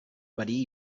verí